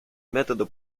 metodo